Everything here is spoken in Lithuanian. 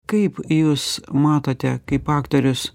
kaip jūs matote kaip aktorius